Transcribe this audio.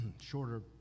shorter